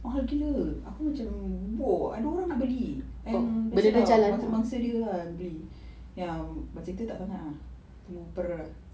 mahal gila aku macam ada orang nak beli and dia cakap bangsa-bangsa dia ah beli yang macam kita tak sangat ah